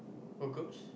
cockroach